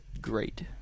great